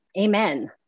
Amen